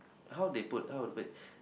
how they put how to put it